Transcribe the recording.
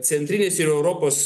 centrinės ir europos